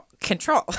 control